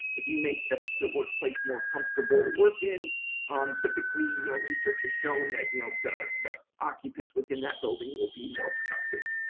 if you make the the workplace more comfortable to work in, um typically you know research has shown that you know the the occupants within that building will be more productive.